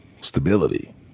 stability